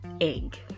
egg